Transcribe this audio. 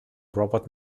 robert